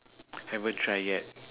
haven't try yet